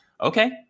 Okay